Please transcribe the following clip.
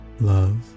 Love